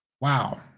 Wow